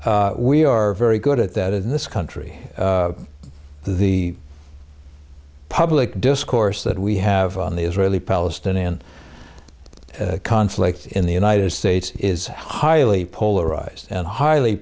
side we are very good at that in this country the public discourse that we have on the israeli palestinian conflict in the united states is highly polarized and highly